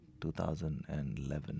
2011